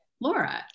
Laura